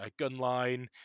Gunline